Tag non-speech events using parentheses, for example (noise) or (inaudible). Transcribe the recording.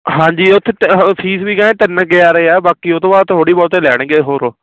ਹਾਂਜੀ ਉੱਥੇ (unintelligible) ਫੀਸ ਵੀ ਕਹਿੰਦੇ ਤਿੰਨ ਕੁ ਹਜ਼ਾਰ ਏ ਆ ਬਾਕੀ ਉਹ ਤੋਂ ਬਾਅਦ ਥੋੜ੍ਹੀ ਬਹੁਤੇ ਲੈਣਗੇ ਹੋਰ